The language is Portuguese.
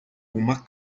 uma